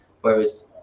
Whereas